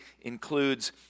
includes